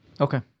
Okay